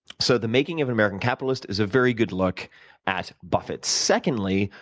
so the making of an american capitalist is a very good look at buffett. secondly,